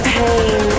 pain